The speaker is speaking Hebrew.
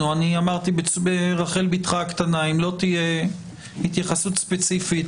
ואמרתי ברחל בתך הקטנה שאם לא תהיה התייחסות ספציפית